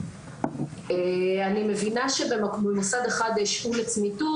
אני מבינה שבמוסד אחד השעו לצמיתות.